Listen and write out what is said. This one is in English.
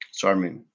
Sorry